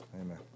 Amen